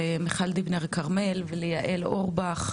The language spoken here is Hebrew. למיכל דיבנר כרמל וליעל אורבך,